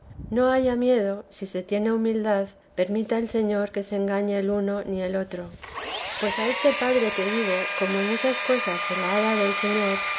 no haya miedo si tiene humildad permita el señor que se engañe el uno ni el otro pues a este padre que digo como en muchas cosas se la ha dado el señor